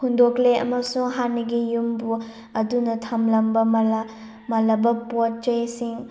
ꯍꯨꯟꯗꯣꯛꯂꯦ ꯑꯃꯁꯨꯡ ꯍꯥꯟꯅꯒꯤ ꯌꯨꯝꯕꯨ ꯑꯗꯨꯅ ꯊꯝꯂꯝꯕ ꯃꯜꯂꯕ ꯄꯣꯠ ꯆꯩꯁꯤꯡ